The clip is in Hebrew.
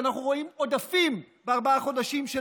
שאנחנו רואים עודפים בארבעת החודשים של